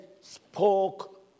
spoke